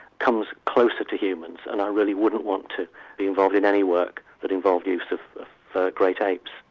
comes closer to humans and i really wouldn't want to be involved in any work that involved use of great apes.